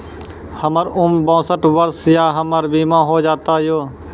हमर उम्र बासठ वर्ष या हमर बीमा हो जाता यो?